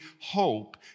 hope